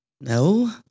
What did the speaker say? no